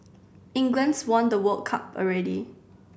England's won the World Cup already